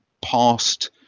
past